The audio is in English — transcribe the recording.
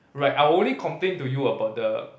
right I'll only complain to you about the